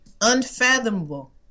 unfathomable